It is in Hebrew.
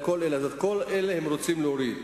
את כל אלה הם רוצים להוריד.